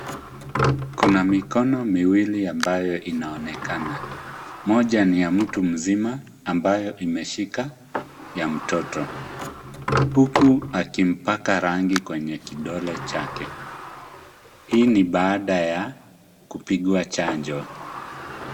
Kuna mikono miwili ambayo inaonekana. Moja ni ya mtu mzima ambayo imeshika ya mtoto huku akimpaka rangi kwenye kidole chake. Hii ni baada ya kupigwa chanjo.